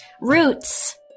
Roots